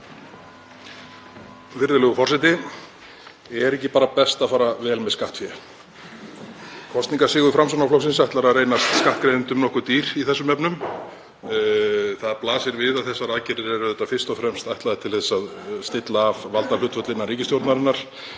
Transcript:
Virðulegur forseti. Er ekki bara best að fara vel með skattfé? Kosningasigur Framsóknarflokksins ætlar að reynast skattgreiðendum nokkuð dýr í þessum efnum. Það blasir við að þessar aðgerðir eru fyrst og fremst ætlaðar til að stilla af valdahlutföll innan ríkisstjórnarinnar.